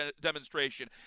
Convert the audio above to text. demonstration